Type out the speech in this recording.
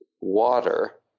water